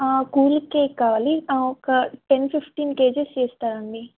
స్కూలుకె కావాలి ఒక ten fifteen cages చేస్తారాండి